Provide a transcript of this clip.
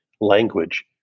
language